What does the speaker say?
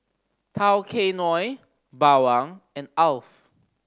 Tao Kae Noi Bawang and Alf